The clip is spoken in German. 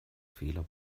fehler